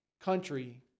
country